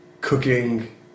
cooking